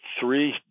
three